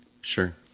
Sure